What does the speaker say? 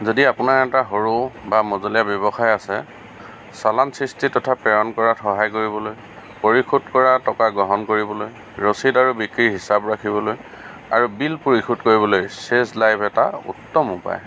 যদি আপোনাৰ এটা সৰু বা মজলীয়া ব্যৱসায় আছে চালান সৃষ্টি তথা প্ৰেৰণ কৰাত সহায় কৰিবলৈ পৰিশোধ কৰা টকা গ্ৰহণ কৰিবলৈ ৰচিদ আৰু বিক্ৰীৰ হিচাপ ৰাখিবলৈ আৰু বিল পৰিশোধ কৰিবলৈ লাইভ এটা উত্তম উপায়